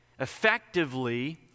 effectively